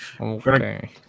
Okay